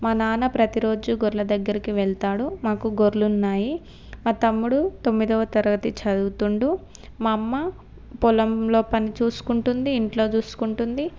మా నాన్న ప్రతీరోజు గొర్ల దగ్గరికి వెళ్తాడు మాకు గొర్లు ఉన్నాయి మా తమ్ముడు తొమ్మిదవ తరగతి చదువుతున్నాడు మా అమ్మ పొలంలో పని చూసుకుంటుంది ఇంట్లో చూసుకుంటుంది